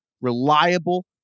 reliable